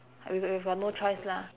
w~ we've got we've got no choice lah